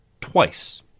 twice